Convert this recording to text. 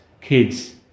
kids